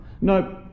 Nope